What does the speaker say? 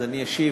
אז אני אשיב.